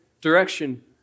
direction